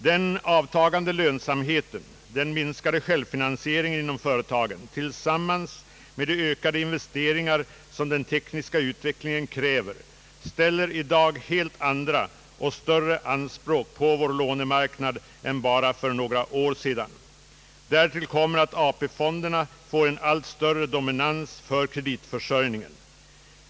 Den avtagande lönsamheten och den minskade självfinansieringen inom företagen tillsammans med de ökade investeringar som den tekniska utvecklingen kräver ställer i dag helt andra och större anspråk på vår lånemarknad än bara för några år sedan. Därtill kommer att AP-fonderna får en allt större dominans för kreditförsörjningen.